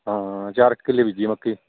ਹਾਂ ਚਾਰ ਕੁ ਕਿੱਲੇ ਬੀਜੀ ਆ ਮੱਕੀ